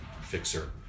fixer